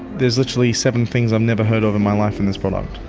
there's literally seven things i've never heard of in my life in this product.